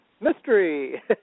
mystery